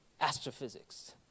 Astrophysics